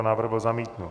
Návrh byl zamítnut.